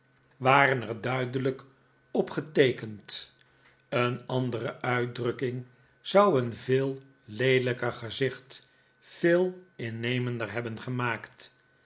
waren er duidelijk op geteekend een andere uitdrukking zou een veel leelijker gezicht veel innemender hebben gemaakt